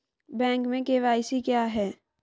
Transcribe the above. Bank में KYC क्या है?